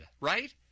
right